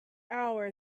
hour